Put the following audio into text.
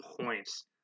points